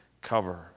cover